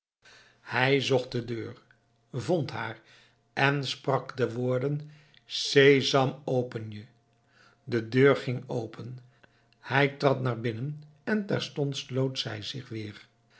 hij zocht de deur vond haar en sprak de woorden sesam open je de deur ging open hij trad naar binnen en terstond sloot zij zich weer